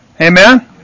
Amen